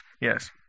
Yes